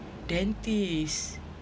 dentist